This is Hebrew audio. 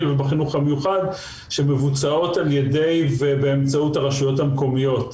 ובחינוך המיוחד שמבוצעות על ידי ובאמצעות הרשויות המקומיות.